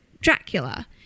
Dracula